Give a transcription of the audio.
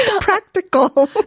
practical